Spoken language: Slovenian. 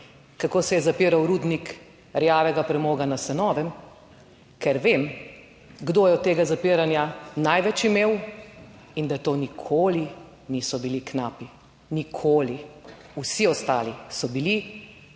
kako se je zapiral rudnik rjavega premoga na Senovem, ker vem kdo je od tega zapiranja največ imel in da to nikoli niso bili knapi, nikoli. Vsi ostali so bili, tisti